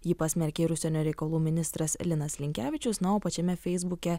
ji pasmerkė ir užsienio reikalų ministras linas linkevičius na o pačiame feisbuke